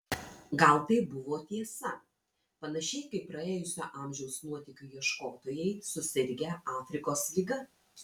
gal tai buvo tiesa panašiai kaip praėjusio amžiaus nuotykių ieškotojai susirgę afrikos liga